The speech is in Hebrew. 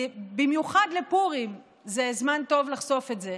במיוחד בפורים זה זמן טוב לחשוף את זה,